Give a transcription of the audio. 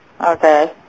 Okay